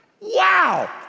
wow